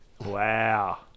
Wow